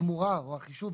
התמורה או החישוב,